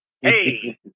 Hey